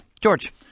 George